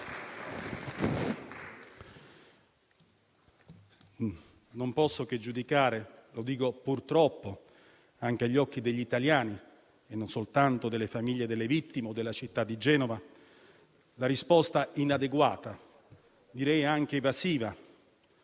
non posso che giudicare la risposta, purtroppo, anche agli occhi degli italiani e non soltanto delle famiglie delle vittime o della città di Genova, inadeguata e direi anche evasiva